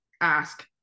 ask